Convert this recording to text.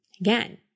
Again